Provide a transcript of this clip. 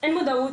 אין מודעות,